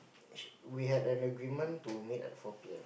she we had an agreement to meet at four P_M